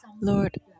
lord